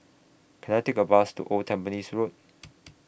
Can I Take A Bus to Old Tampines Road